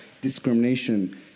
discrimination